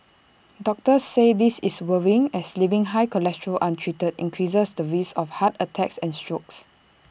doctors say this is worrying as leaving high cholesterol untreated increases the risk of heart attacks and strokes